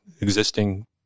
existing